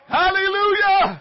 hallelujah